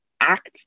act